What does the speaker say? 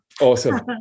Awesome